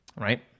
right